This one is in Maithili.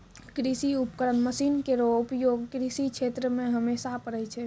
कृषि उपकरण मसीन केरो उपयोग कृषि क्षेत्र मे हमेशा परै छै